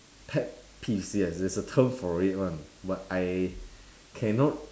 pet peeve yes there's a term for it [one] but I cannot